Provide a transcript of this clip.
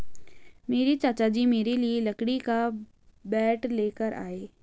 मेरे चाचा जी मेरे लिए लकड़ी का बैट लेकर आए